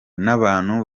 n’abantu